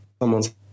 someone's